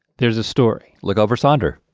there's a story. look over sonder.